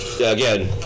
Again